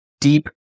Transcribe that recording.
deep